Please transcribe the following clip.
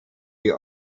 die